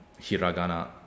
hiragana